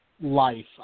Life